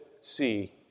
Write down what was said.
see